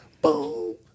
boom